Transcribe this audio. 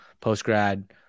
post-grad